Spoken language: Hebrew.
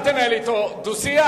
אל תנהל אתו דו-שיח,